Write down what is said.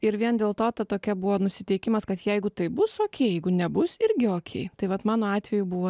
ir vien dėl to ta tokia buvo nusiteikimas kad jeigu taip bus okei jeigu nebus irgi okei tai vat mano atveju buvo